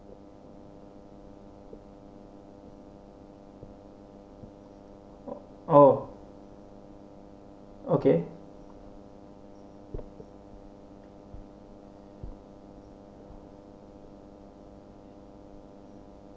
oh okay